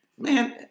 Man